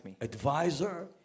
Advisor